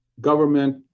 government